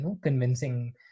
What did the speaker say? convincing